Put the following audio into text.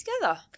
together